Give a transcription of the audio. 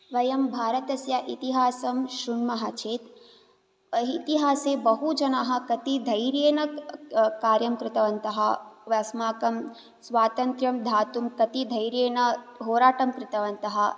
वयं भारतस्य इतिहासं श्रृण्मः चेत् इतिहासे बहु जनाः कति धैर्येन कार्यं कृतवन्तः अस्माकं स्वातन्त्र्यं दातुं कति धैर्येण होराटं कृतवन्तः